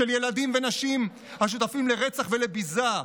של ילדים ונשים השותפים לרצח ולביזה,